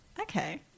okay